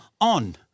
on